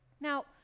Now